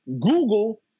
Google